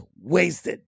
wasted